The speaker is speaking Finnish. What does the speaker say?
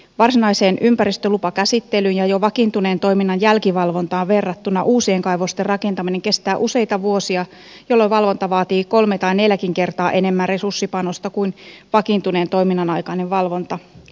varsinaiseen ympäristölupakäsittelyyn ja jo vakiintuneen toiminnan jälkivalvontaan verrattuna uusien kaivosten rakentaminen kestää useita vuosia jolloin valvonta vaatii kolme tai neljäkin kertaa enemmän resurssipanosta kuin vakiintuneen toiminnan aikainen valvonta